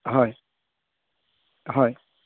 হয় হয়